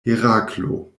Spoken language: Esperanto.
heraklo